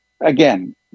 Again